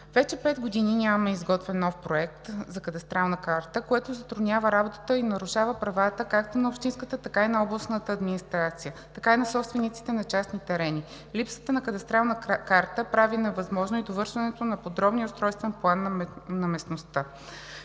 Вече 5 години няма изготвен нов проект на кадастрална карта, което затруднява работата и нарушава правата както на общинската, така и на областната администрация, така и на собствениците на частни терени. Липсата на кадастрална карта прави невъзможно и довършването на подробния устройствен план на местността.